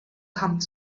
come